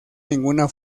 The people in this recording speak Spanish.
ninguna